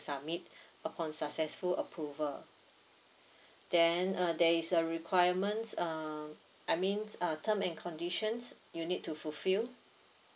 submit upon successful approval then uh there is a requirements um I means uh terms and conditions you need to fulfill